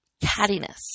cattiness